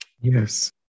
yes